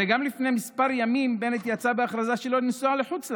הרי גם לפני כמה ימים בנט יצא בהכרזה שלא לנסוע לחוץ לארץ,